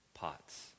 pots